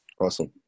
Awesome